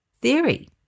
theory